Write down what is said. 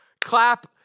clap